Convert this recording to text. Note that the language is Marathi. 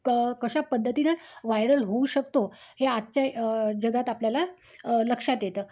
क कशा पद्धतीने व्हायरल होऊ शकतो हे आजच्या जगात आपल्याला लक्षात येतं